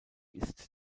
ist